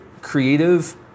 Creative